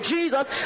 Jesus